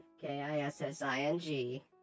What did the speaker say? K-I-S-S-I-N-G